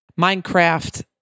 Minecraft